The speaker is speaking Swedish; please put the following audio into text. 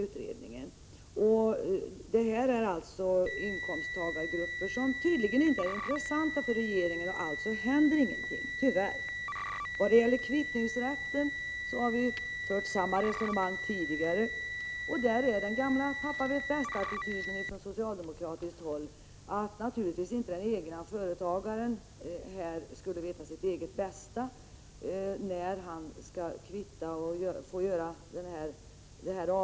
Här gäller det inkomsttagargrupper som tydligen inte är intressanta för regeringen, varför det tyvärr inte händer något. I frågan om kvittningsrätten har vi tidigare fört samma resonemang. Där finns den gamla pappa-vet-bäst-attityden från socialdemokraterna, nämligen att den egna företagaren inte vet sitt bästa när han skall ”kvitta” mellan olika inkomstslag.